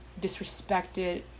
disrespected